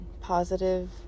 positive